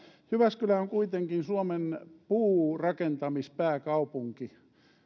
jyväskylä on kuitenkin suomen puurakentamispääkaupunki